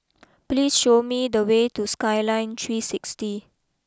please show me the way to Skyline three sixty